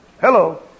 Hello